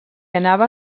anava